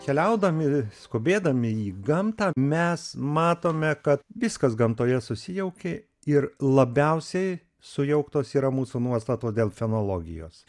keliaudami skubėdami į gamtą mes matome kad viskas gamtoje susijaukė ir labiausiai sujauktos yra mūsų nuostatos dėl fenologijos